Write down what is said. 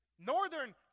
Northern